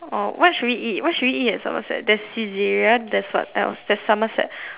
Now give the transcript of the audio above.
or what should we eat what should we eat at Somerset there's Saizeriya there's what else at Somerset what else should we eat